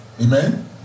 Amen